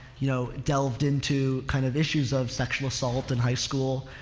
you know, delved into kind of issues of sexual assault in high school,